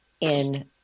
in-